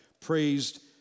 praised